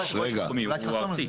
הוא ארצי.